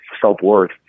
self-worth